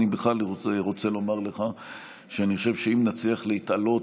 אני בכלל רוצה לומר לך שאם נצליח להתעלות